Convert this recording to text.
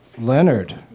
Leonard